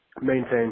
maintain